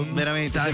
veramente